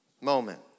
moment